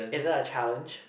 is that a challenge